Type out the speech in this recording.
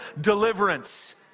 deliverance